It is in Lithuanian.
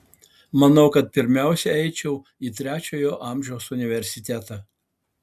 manau kad pirmiausia eičiau į trečiojo amžiaus universitetą